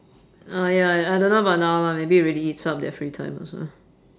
oh ya I don't know about now lah maybe it really eats up their free time also